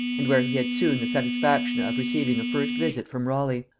and where he had soon the satisfaction of receiving a first visit from raleigh.